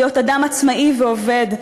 להיות אדם עצמאי ועובד,